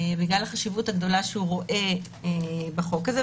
בגלל החשיבות הגדולה שהוא רואה בחוק הזה,